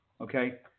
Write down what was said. Okay